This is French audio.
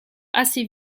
assez